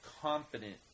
confident